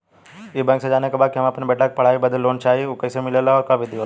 ई बैंक से जाने के बा की हमे अपने बेटा के पढ़ाई बदे लोन चाही ऊ कैसे मिलेला और का विधि होला?